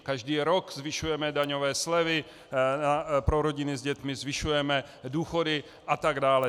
Každý rok zvyšujeme daňové slevy pro rodiny s dětmi, zvyšujeme důchody atd.